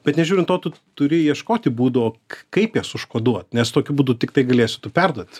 bet nežiūrint to tu turi ieškoti būdo kaip jas užkoduot nes tokiu būdu tiktai galėsi tu perduot